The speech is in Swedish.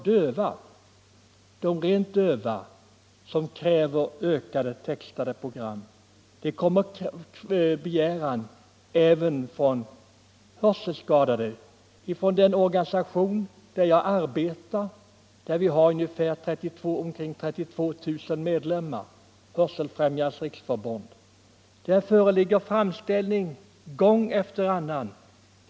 Det är inte bara de helt döva som kräver textade TV-program i ökad omfattning. Det kommer framställningar även från hörselskadade. Från den organisation där jag arbetar, Hörselfrämjandets riksförbund, som har omkring 32 000 medlemmar, föreligger framställningar gång efter annan.